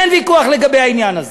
אין ויכוח לגבי העניין הזה.